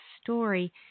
story